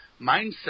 Mindset